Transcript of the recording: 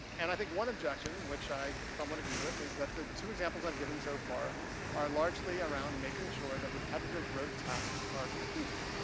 and i think one objection, which i somewhat agree with, is that the two examples i've given so far far are largely around making sure that repetitive, rote tasks are completed.